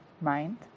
Mind